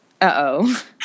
Uh-oh